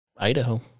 idaho